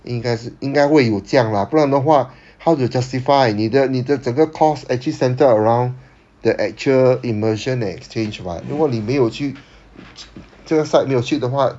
应该是应该会有这样 lah 不然的话 how to justify 你的你的整个 class actually centre around the actual immersion exchange [what] 如果你没有去这个 site 没有去的话